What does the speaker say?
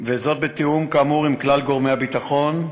וזאת בתיאום כאמור עם כלל גורמי הביטחון.